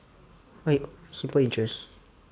like simple interest